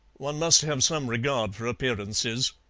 one must have some regard for appearances.